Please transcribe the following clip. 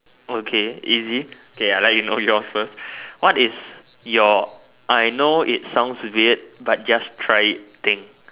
okay easy okay I let you know yours first what is your I know it sounds weird but just try it thing